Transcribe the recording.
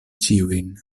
ĉiujn